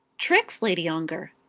tricks, lady ongar!